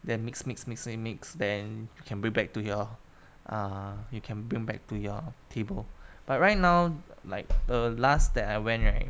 then mix mix mix mix mix then can bring back to your err you can bring back to your table but right now like the last that I went right